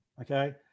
okay